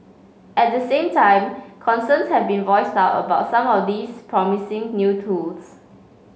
at the same time concerns have been voiced about some of these promising new tools